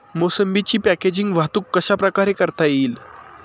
मोसंबीची पॅकेजिंग वाहतूक कशाप्रकारे करता येईल?